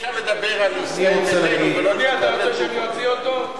אי-אפשר לדבר על, אדוני, אתה רוצה שנוציא אותו?